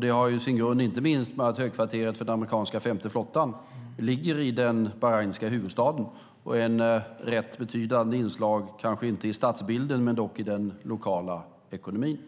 Det har sin grund inte minst i att högkvarteret för den amerikanska femte flottan ligger i Bahrains huvudstad och är ett rätt betydande inslag i den lokala ekonomin.